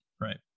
Right